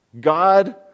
God